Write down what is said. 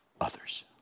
others